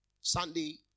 Sunday